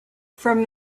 from